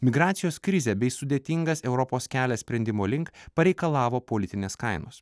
migracijos krizė bei sudėtingas europos kelias sprendimo link pareikalavo politinės kainos